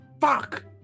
fuck